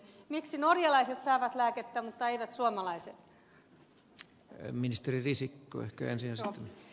miksi norjalaiset saavat lääkettä mutta eivät suomalaiset